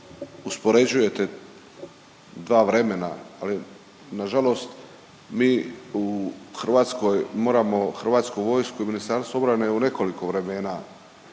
uspoređujete dva vremena, ali na žalost mi u Hrvatskoj moramo Hrvatsku vojsku i Ministarstvo obrane u nekoliko vremena